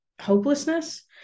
Hopelessness